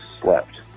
slept